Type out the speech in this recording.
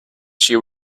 she